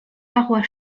parois